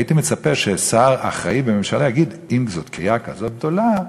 הייתי מצפה ששר אחראי בממשלה יגיד: אם זאת קריעה כזאת גדולה,